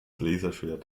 laserschwert